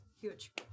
Huge